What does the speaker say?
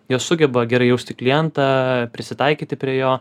jos sugeba gerai jausti klientą prisitaikyti prie jo